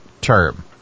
term